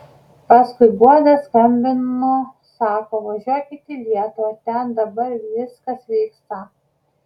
paskui guoda skambino sako važiuokit į lietuvą ten dabar viskas vyksta